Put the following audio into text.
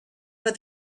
but